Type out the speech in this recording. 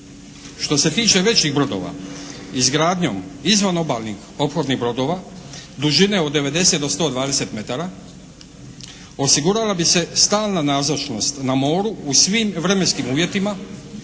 Što se tiče većih brodova, izgradnjom izvanobalnih ophodnih brodova dužine od devedeset do sto dvadeset metara osigurala bi se stalna nazočnost na moru u svim vremenskim uvjetima,